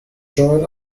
join